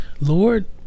Lord